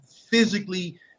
physically